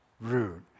rude